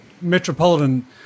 metropolitan